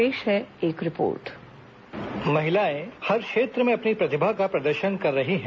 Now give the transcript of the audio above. पेश है एक रिपोर्ट वाईस ओवर महिलाएं हर क्षेत्र में अपनी प्रतिभा का प्रदर्शन कर रही है